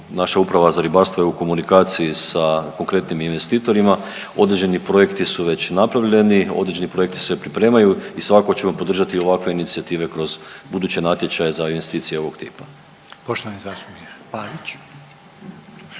naša uprava za ribarstvo je u komunikaciji sa konkretnim investitorima određeni projekti su već napravljeni, određeni projekti se pripremaju i svakako ćemo podržati ovakve inicijative kroz buduće natječaje za investicije ovog tipa. **Reiner, Željko